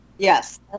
Yes